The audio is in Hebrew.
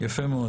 יפה מאוד.